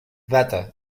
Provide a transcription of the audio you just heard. data